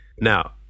Now